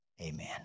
Amen